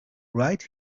right